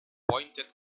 pointed